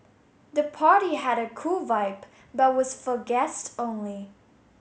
the party had a cool vibe but was for guests only